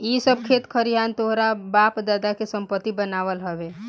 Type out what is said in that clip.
इ सब खेत खरिहान तोहरा बाप दादा के संपत्ति बनाल हवे